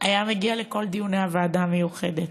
היה מגיע לכל דיוני הוועדה המיוחדת,